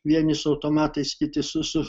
vieni su automatais kiti su su